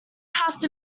house